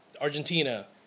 Argentina